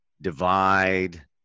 divide